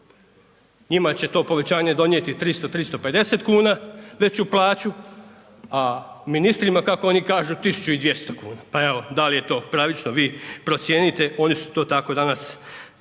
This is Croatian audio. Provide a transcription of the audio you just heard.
Njima će to povećanje donijeti 300, 350 kuna veću plaću, a ministrima kako oni kažu 1.200 kuna. Pa evo da li je to pravično, vi procijenite oni su to tako danas naveli